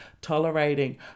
Tolerating